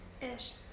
Ish